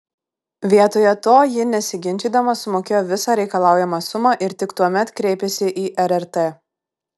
vietoje to ji nesiginčydama sumokėjo visą reikalaujamą sumą ir tik tuomet kreipėsi į rrt